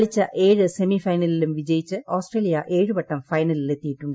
കളിച്ച് ഏഴ് സ്റ്റെഫൈനലിലും വിജയിച്ച് ഓസ്ട്രേലിയ ഏഴുവട്ടം ഫൈനലിൽ എത്തിയിട്ടുണ്ട്